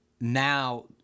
Now